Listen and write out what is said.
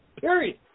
Period